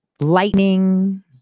lightning